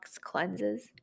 cleanses